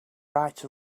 right